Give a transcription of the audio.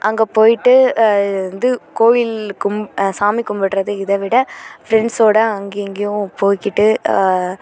அங்கே போயிட்டு வந்து கோயில் கும் சாமி கும்பிட்றது இதை விட ஃப்ரெண்ட்ஸோடு அங்கேயும் இங்கேயும் போய்க்கிட்டு